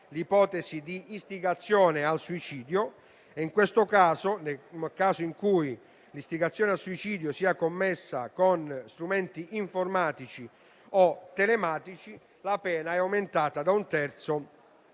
l'ipotesi di istigazione al suicidio; nel caso in cui l'istigazione al suicidio sia commessa con strumenti informatici o telematici, la pena è aumentata da un terzo